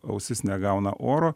ausis negauna oro